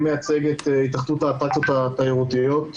אני מייצג את התאחדות האטרקציות התיירותיות.